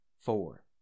four